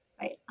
right